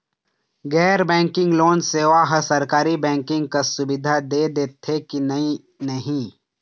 गैर banking loan सेवा हा सरकारी बैंकिंग कस सुविधा दे देथे कि नई नहीं?